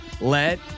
let